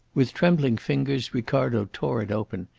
with trembling fingers ricardo tore it open.